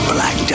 Black